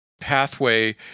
pathway